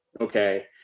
Okay